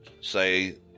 say